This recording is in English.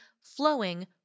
flowing